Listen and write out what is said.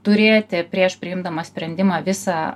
turėti prieš priimdamas sprendimą visą